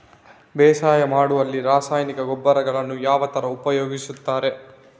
ಬೇಸಾಯ ಮಾಡುವಲ್ಲಿ ರಾಸಾಯನಿಕ ಗೊಬ್ಬರಗಳನ್ನು ಯಾವ ತರ ಉಪಯೋಗಿಸುತ್ತಾರೆ?